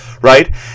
right